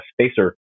spacer